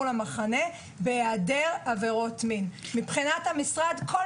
על היעדר עברות מין כדי לקבל אישור כניסה למחנה.